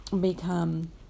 become